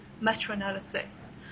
meta-analysis